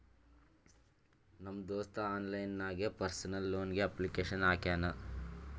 ನಮ್ ದೋಸ್ತ ಆನ್ಲೈನ್ ನಾಗೆ ಪರ್ಸನಲ್ ಲೋನ್ಗ್ ಅಪ್ಲಿಕೇಶನ್ ಹಾಕ್ಯಾನ್